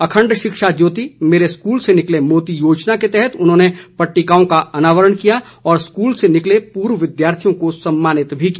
अखंड शिक्षा ज्योती मेरे स्कूल से निकले मोती योजना के तहत उन्होंने पटिट्काओं का अनावरण किया और स्कूल से निकले पूर्व विद्यार्थियों को सम्मानित भी किया